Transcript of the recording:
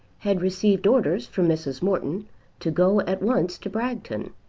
had received orders from mrs. morton to go at once to bragton.